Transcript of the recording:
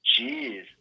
Jeez